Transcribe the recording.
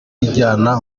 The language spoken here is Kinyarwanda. ijyana